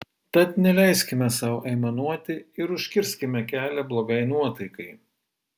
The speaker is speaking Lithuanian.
tad neleiskime sau aimanuoti ir užkirskime kelią blogai nuotaikai